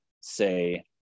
say